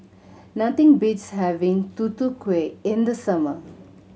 nothing beats having Tutu Kueh in the summer